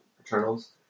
Eternals